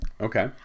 Okay